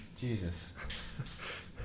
Jesus